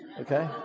Okay